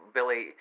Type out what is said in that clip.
Billy